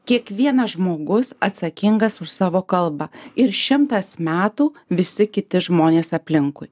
kiekvienas žmogus atsakingas už savo kalbą ir šimtas metų visi kiti žmonės aplinkui